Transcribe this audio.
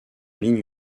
lignes